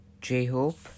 J-Hope